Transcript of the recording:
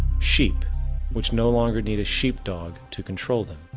sheep which no longer need a sheep-dog to control them.